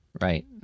Right